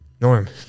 Norm